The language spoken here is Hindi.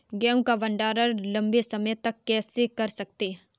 गेहूँ का भण्डारण लंबे समय तक कैसे कर सकते हैं?